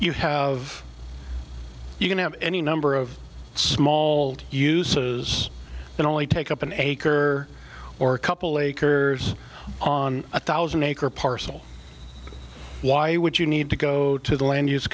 you have you can have any number of small uses that only take up an acre or a couple acres on a thousand acre parcel why would you need to go to the land use